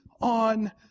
on